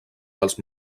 dels